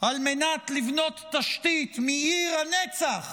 על מנת לבנות תשתית מעיר הנצח